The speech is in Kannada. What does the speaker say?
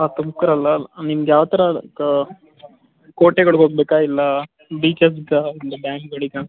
ಹಾಂ ತುಮಕೂರಲ್ಲಾ ನಿಮಗೆ ಯಾವ ಥರ ಕ ಕೋಟೆಗಳಿಗೆ ಹೋಗಬೇಕಾ ಇಲ್ಲಾ ಬೀಚಸ್ಗಾ ಇಲ್ಲಾ ಡ್ಯಾಮ್ಗಳಿಗಾ